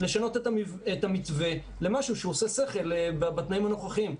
לשנות את המתווה למשהו שהוא עושה שכל בתנאים הנוכחיים.